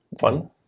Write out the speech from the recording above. fun